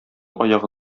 аягы